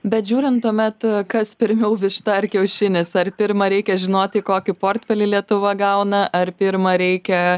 bet žiūrint tuomet kas pirmiau višta ar kiaušinis ar pirma reikia žinoti kokį portfelį lietuva gauna ar pirma reikia